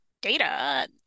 data